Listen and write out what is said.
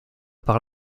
par